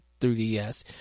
3DS